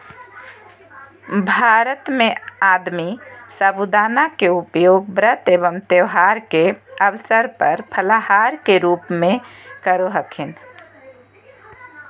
भारत में आदमी साबूदाना के उपयोग व्रत एवं त्यौहार के अवसर पर फलाहार के रूप में करो हखिन